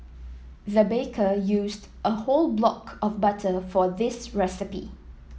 the baker used a whole block of butter for this recipe